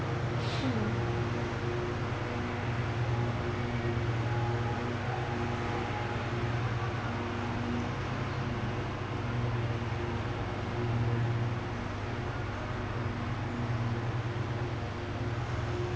hmm